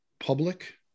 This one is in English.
public